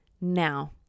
now